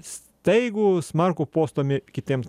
staigų smarkų postūmį kitiem